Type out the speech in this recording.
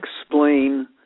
explain